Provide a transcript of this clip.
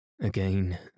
Again